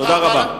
תודה רבה.